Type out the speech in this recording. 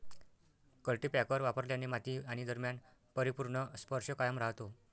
cultipacker वापरल्याने माती आणि दरम्यान परिपूर्ण स्पर्श कायम राहतो